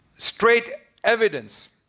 straight evidence.